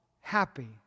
happy